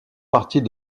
partie